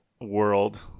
world